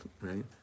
right